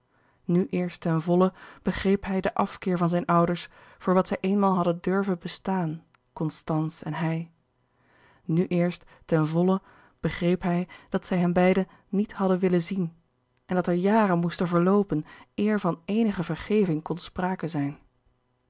nu eerst ten volle begreep hij den afkeer van zijne ouders voor wat zij eenmaal hadden durven bestaan constance en hij nu eerst ten volle begreep hij dat zij henbeiden niet hadden willen zien en dat er jaren moesten verloopen eer van eenige vergeving kon sprake zijn